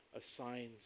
assigns